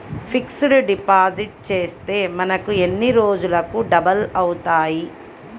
Fixed deposit చేస్తే మనకు ఎన్ని రోజులకు డబల్ అవుతాయి?